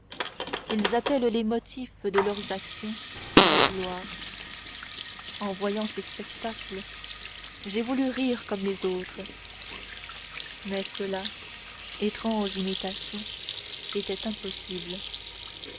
ils appellent les motifs de leurs actions la gloire en voyant ces spectacles j'ai voulu rire comme les autres mais cela étrange imitation était impossible